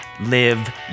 live